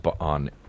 on